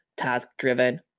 task-driven